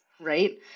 Right